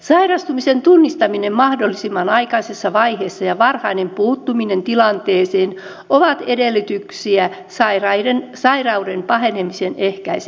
sairastumisen tunnistaminen mahdollisimman aikaisessa vaiheessa ja varhainen puuttuminen tilanteeseen ovat edellytyksiä sairauden pahenemisen ehkäisemiseksi